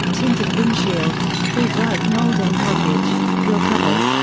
tinted windshield, full bright molding package, wheel covers,